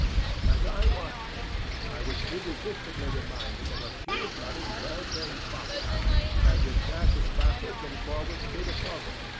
as i watched him i was irresistibly reminded of a pure-blooded well-trained foxhound as it dashes backwards and forwards through the covert,